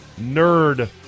Nerd